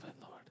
Lord